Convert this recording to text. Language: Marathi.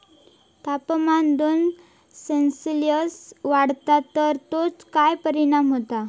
तापमान दोन सेल्सिअस वाढला तर तेचो काय परिणाम होता?